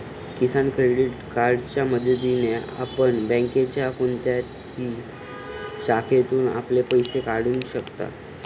किसान credit कार्डच्या मदतीने आपण बँकेच्या कोणत्याही शाखेतून आपले पैसे काढू शकता